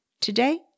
Today